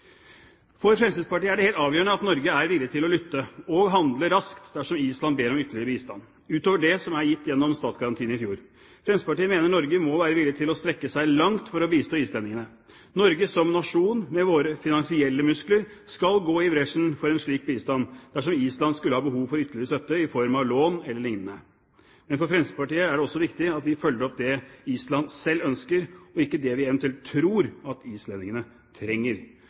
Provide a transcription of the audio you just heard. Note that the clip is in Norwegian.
For Fremskrittspartiet er det helt avgjørende at Norge er villig til å lytte – og handle raskt – dersom Island ber om ytterligere bistand, ut over det som er gitt gjennom statsgarantien i fjor. Fremskrittspartiet mener Norge må være villig til å strekke seg langt for å bistå islendingene. Norge som nasjon – med våre finansielle muskler – skal gå i bresjen for en slik bistand, dersom Island skulle ha behov for ytterligere støtte i form av lån e.l. Men for Fremskrittspartiet er det også viktig at vi følger opp det Island selv ønsker, og ikke det vi eventuelt tror at islendingene trenger.